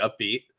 upbeat